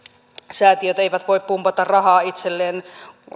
säätiöt eivät voi pumpata rahaa itselleen